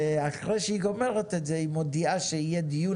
ואחרי שהיא מסיימת את זה היא מודיעה שיהיה דיון